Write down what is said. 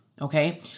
Okay